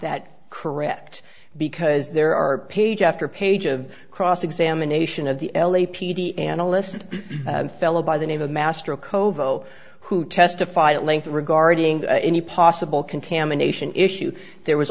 that correct because there are page after page of cross examination of the l a p d analyst fellow by the name of master koval who testified at length regarding any possible contamination issue there was